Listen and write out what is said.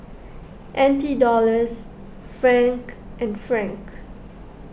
N T Dollars Franc and Franc